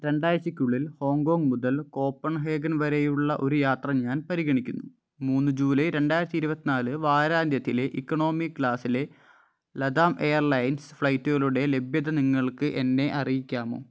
രണ്ടാഴ്ചയ്ക്കുള്ളിൽ Hong Kong മുതൽ Copenhagen വരെയുള്ള ഒരു യാത്ര ഞാൻ പരിഗണിക്കുന്നു മൂന്ന് ജൂലൈ രണ്ടായിരത്തി ഇരുപത്തി നാല് വാരാന്ത്യത്തിലെ ഇക്കോണമി ക്ലാസിലെ ലതം എയർലൈൻസ് ഫ്ലൈറ്റുകളുടെ ലഭ്യത നിങ്ങൾക്ക് എന്നെ അറിയിക്കാമോ